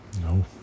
No